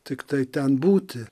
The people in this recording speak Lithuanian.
tiktai ten būti